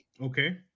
Okay